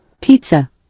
pizza